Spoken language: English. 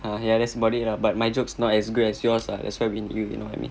ah yeah that's about it lah but my joke's not as good as yours lah that's why we need you you know what I mean